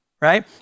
right